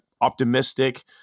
optimistic